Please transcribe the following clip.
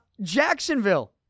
Jacksonville